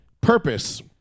purpose